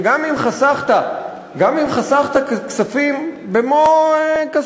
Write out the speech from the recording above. וגם אם חסכת כספים במו-כספך,